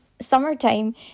summertime